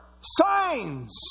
signs